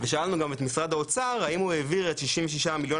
שאלנו גם את משרד האוצר גם האם הוא העביר את 66 מיליון